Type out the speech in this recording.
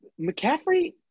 McCaffrey